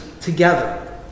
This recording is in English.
together